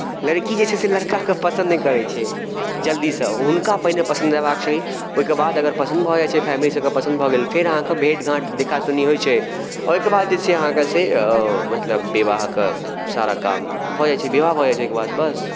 लड़की जे छै से लड़काके पसन्द नहि करैत छै जल्दीसँ हुनका पहिने पसन्द हेबाक चाही ओहिके बाद अगर पसन्द भऽ जाइत छै फैमिलीसभके पसन्द भऽ गेल फेर अहाँके भेट घाँट देखा सुनी होइत छै आओर एहिके बाद जे छै अहाँके से मतलब विवाहके सारा काम भऽ जाइत छै विवाह भऽ जाइत छै ओहिके बाद बस